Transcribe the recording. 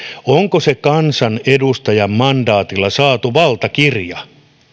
kansanedustajan kansan mandaatilla saatu valtakirja